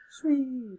Sweet